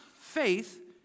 faith